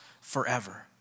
forever